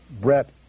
Brett